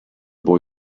boy